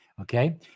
Okay